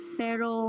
pero